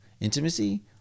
intimacy